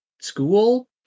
school